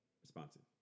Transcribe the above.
Responsive